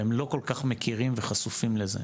והם לא כל כך מכירים וחשופים לזה.